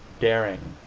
daring,